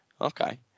Okay